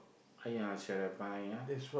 !aiya! I should have buy ya